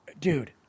dude